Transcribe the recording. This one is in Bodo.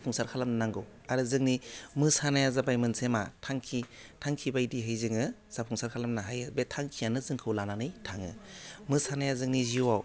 जाफुंसार खालामनो नांगौ आरो जोंनि मोसानाया जाबाय मोनसे मा थांखि थांखि बायदिहै जोङो जाफुंसार खालामनो हायो बे थांखियानो जोंखौ लानानै थाङो मोसानाया जोंनि जिउआव